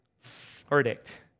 verdict